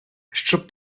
щоб